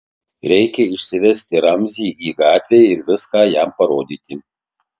reikia išsivesti ramzį į gatvę ir viską jam parodyti